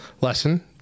Lesson